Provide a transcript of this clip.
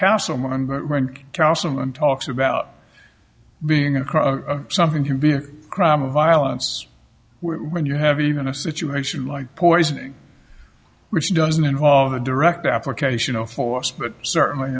and talks about being across something can be a crime of violence when you have even a situation like poisoning which doesn't involve the direct application of force but certainly